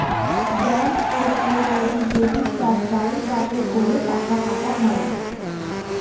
bank থেকে যদি debit card পাই তাতে করে টাকা কাটা হয়